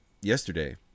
yesterday